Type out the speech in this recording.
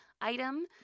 item